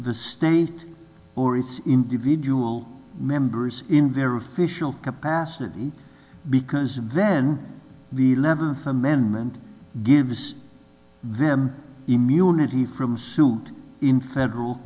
the state or its individual members in their of fishel capacity because then we lever amendment gives them immunity from suit in federal